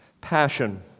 passion